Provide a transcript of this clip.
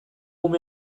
ume